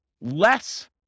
less